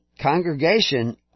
congregation